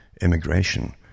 immigration